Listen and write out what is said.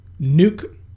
nuke